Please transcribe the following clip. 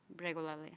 regularly